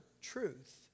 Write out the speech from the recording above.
truth